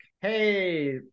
hey